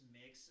mix